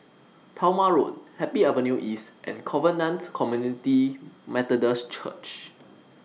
Talma Road Happy Avenue East and Covenant Community Methodist Church